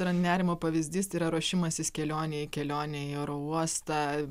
yra nerimo pavyzdys yra ruošimasis kelionei kelionei į aerouostą